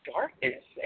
darkness